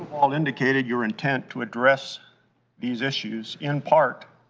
all indicated your intent to address these issues, in part,